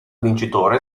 vincitore